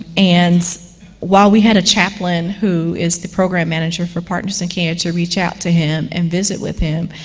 and while we had a chaplain who is the program manager for partners in care to reach out to him and visit with him,